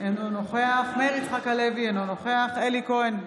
אינו נוכח מאיר יצחק הלוי, אינו נוכח אלי כהן,